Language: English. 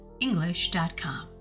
English.com